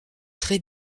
très